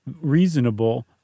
reasonable